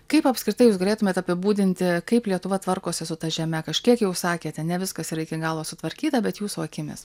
kaip apskritai jūs galėtumėt apibūdinti kaip lietuva tvarkosi su ta žeme kažkiek jau sakėte ne viskas yra iki galo sutvarkyta bet jūsų akimis